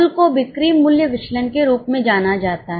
कुल को बिक्री मूल्य विचलन के रूप में जाना जाता है